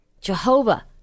Jehovah